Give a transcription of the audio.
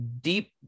deep